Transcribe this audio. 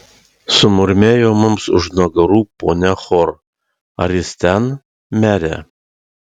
sumurmėjo mums už nugarų ponia hor ar jis ten mere